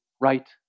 right